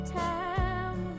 time